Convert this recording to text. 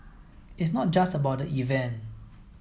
it's not just about the event